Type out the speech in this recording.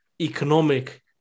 economic